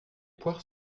poires